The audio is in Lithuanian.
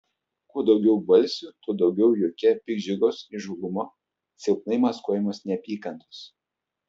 kuo daugiau balsių tuo daugiau juoke piktdžiugos įžūlumo silpnai maskuojamos neapykantos